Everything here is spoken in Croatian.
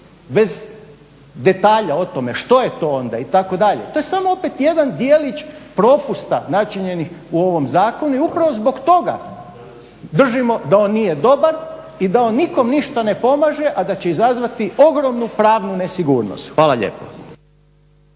bez detalja o tome što je to onda itd.. To je samo opet jedan djelić propusta načinjenih u ovom zakonu. I upravo zbog toga držimo da on nije dobar i da on nikome ništa ne pomaže a da će izazvati ogromnu pravnu nesigurnost. Hvala lijepa.